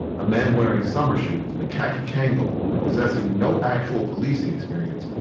a man wearing summer shoes and a khaki kangol and possessing no actual policing experience,